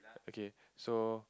okay so